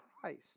Christ